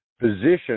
position